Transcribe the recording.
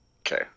Okay